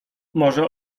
może